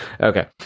Okay